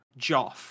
Joff